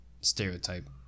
stereotype